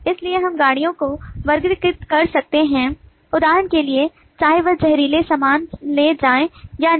इसलिए हम गाड़ियों को वर्गीकृत कर सकते हैं उदाहरण के लिए चाहे वे जहरीले सामान ले जाएं या नहीं